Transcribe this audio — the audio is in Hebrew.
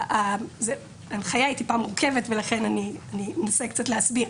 ההנחיה היא טיפה מורכבת, ולכן אנסה להסביר.